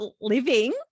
living